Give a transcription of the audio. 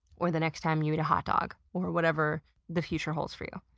or the next time you eat a hot dog. or whatever the future holds for you.